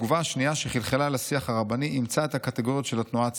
התגובה השנייה שחלחלה לשיח הרבני אימצה את הקטגוריות של התנועה הציונית.